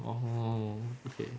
oh okay